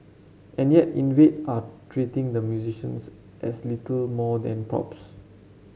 and yet Invade are treating the musicians as little more than props